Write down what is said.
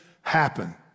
happen